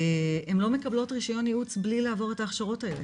הן לא מקבלות רישיון ייעוץ בלי לעבור את ההכשרות האלה,